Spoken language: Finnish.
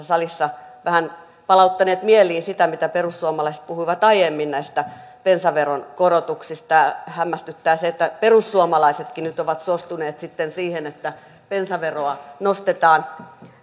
salissa vähän palauttaneet mieliin sitä mitä perussuomalaiset puhuivat aiemmin näistä bensaveron korotuksista ja hämmästyttää se että perussuomalaisetkin nyt ovat suostuneet sitten siihen että bensaveroa nostetaan